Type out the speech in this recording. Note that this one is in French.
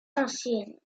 ancienne